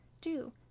Do